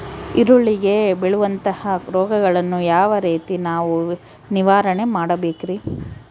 ಈರುಳ್ಳಿಗೆ ಬೇಳುವಂತಹ ರೋಗಗಳನ್ನು ಯಾವ ರೇತಿ ನಾವು ನಿವಾರಣೆ ಮಾಡಬೇಕ್ರಿ?